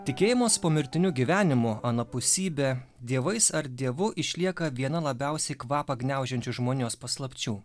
tikėjimas pomirtiniu gyvenimu anapusybe dievais ar dievu išlieka viena labiausiai kvapą gniaužiančių žmonijos paslapčių